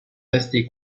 restée